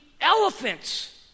elephants